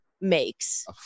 makes